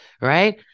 right